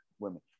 women